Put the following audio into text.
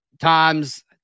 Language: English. times